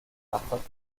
parfois